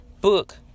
book